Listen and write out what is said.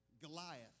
Goliath